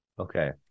Okay